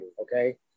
Okay